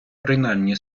принаймні